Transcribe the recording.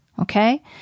Okay